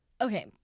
Okay